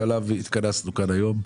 שעליו התכנסנו כאן היום?